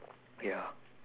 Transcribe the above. ya